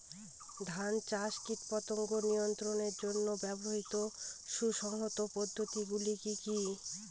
ধান চাষে কীটপতঙ্গ নিয়ন্ত্রণের জন্য ব্যবহৃত সুসংহত পদ্ধতিগুলি কি কি?